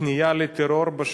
כניעה לטרור,